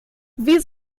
wie